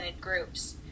groups